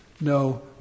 no